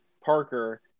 Parker